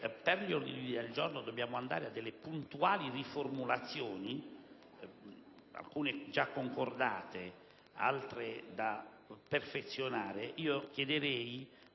per gli ordini del giorno dobbiamo arrivare a puntuali riformulazioni - alcune già concordate, altre da perfezionare